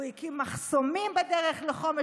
הוא הקים מחסומים בדרך לחומש.